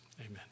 Amen